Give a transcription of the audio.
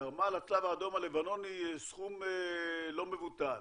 תרמה לצלב האדום הלבנוני סכום לא מבוטל.